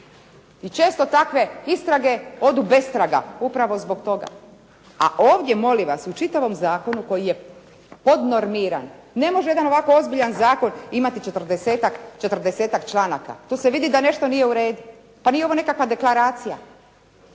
I često takve istrage odu bestraga, upravo zbog toga. A ovdje molim vas, u čitavom zakonu koji je podnormiran, ne može jedan ovako ozbiljan zakon imati 40-tak članak. Tu se vidi da nešto nije u redu, pa nije ovo nekakva deklaracija.